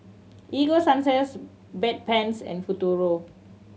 Ego Sunsense Bedpans and Futuro